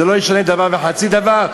וזה לא ישנה דבר וחצי דבר.